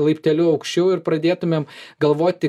laipteliu aukščiau ir pradėtumėm galvoti